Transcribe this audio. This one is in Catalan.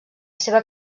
seva